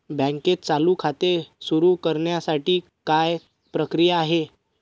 बँकेत चालू खाते सुरु करण्यासाठी काय प्रक्रिया आहे?